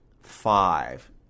five –